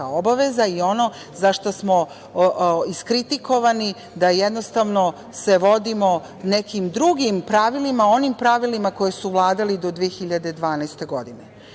obaveza i ono za šta smo iskritikovani da jednostavno se vodimo nekim drugim pravilima, onim pravilima koja su vladala do 2012. godine.